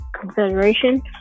Confederation